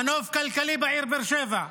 מנוף כלכלי בעיר באר שבע,